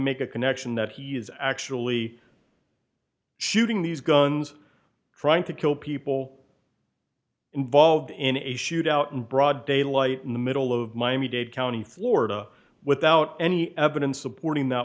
make a connection that he's actually shooting these guns trying to kill people involved in a shoot out in broad daylight in the middle of miami dade county florida without any evidence supporting that